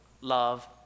love